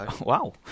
Wow